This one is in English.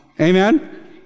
Amen